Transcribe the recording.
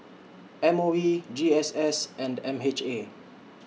M O E G S S and M H A